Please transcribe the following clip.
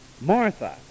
Martha